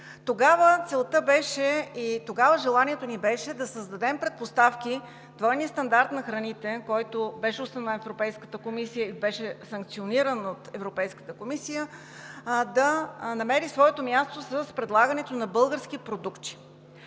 до веригите. Тогава желанието ни беше да създадем предпоставки двойният стандарт на храните, който беше установен от Европейската комисия и беше санкциониран от Европейската комисия, да намери своето място с предлагането на български продукти,